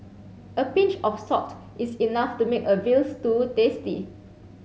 a pinch of salt is enough to make a veal stew tasty